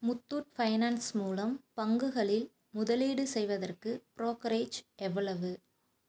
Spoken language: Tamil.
முத்தூட் ஃபைனான்ஸ் மூலம் பங்குகளில் முதலீடு செய்வதற்கு ப்ரோக்கரேஜ் எவ்வளவு